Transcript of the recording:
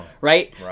Right